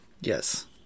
Yes